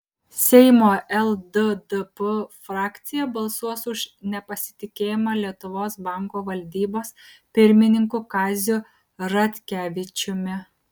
seimo lddp frakcija balsuos už nepasitikėjimą lietuvos banko valdybos pirmininku kaziu ratkevičiumi